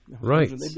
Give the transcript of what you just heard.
Right